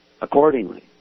accordingly